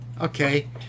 Okay